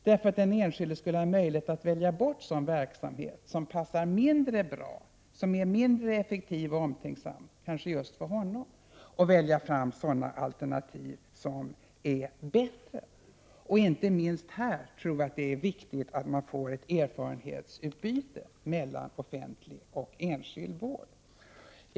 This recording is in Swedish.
Då skulle den enskilde ha möjlighet att välja bort sådan verksamhet som passar mindre bra, är mindre effektiv eller omtänksam just för honom och välja sådana alternativ som är bättre. Inte minst här tror jag att det är viktigt att vi får ett erfarenhetsutbyte mellan offentlig och enskild vård.